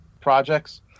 projects